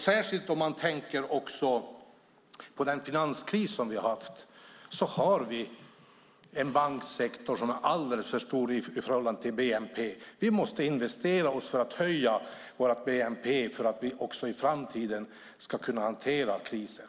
Särskilt med tanke på den finanskris som vi har haft har vi en banksektor som är alldeles för stor i förhållande till bnp. Vi måste investera för att höja vår bnp för att vi också i framtiden ska kunna hantera kriser.